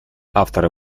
авторы